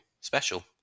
special